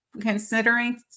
Considering